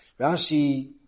Rashi